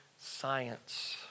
science